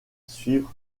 suivre